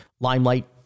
Limelight